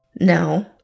No